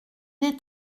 est